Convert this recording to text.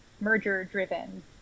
merger-driven